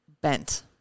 bent